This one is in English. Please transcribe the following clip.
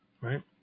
Right